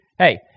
Hey